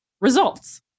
results